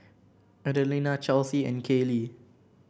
Adelina Chelsea and Kayli